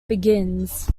begins